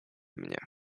mnie